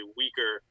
weaker